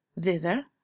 Thither